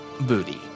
booty